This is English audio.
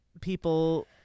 people